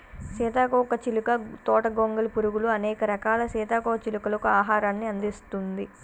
సీతాకోక చిలుక తోట గొంగలి పురుగులు, అనేక రకాల సీతాకోక చిలుకలకు ఆహారాన్ని అందిస్తుంది